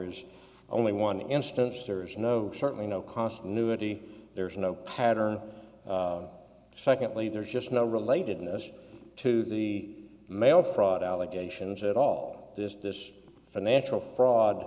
is only one instance there is no certainly no cost new ity there is no pattern secondly there's just no relatedness to the mail fraud allegations at all this this financial fraud